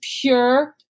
pure